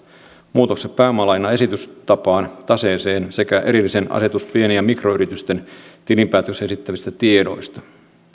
muutokset pääomalainan esitystapaan taseessa sekä erillinen asetus pien ja mikroyritysten tilinpäätöksessä esitettävistä tiedoista